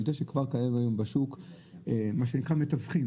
יודע שכבר היום קיימים בשוק מה שנקרא מתווכים